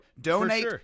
Donate